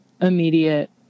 immediate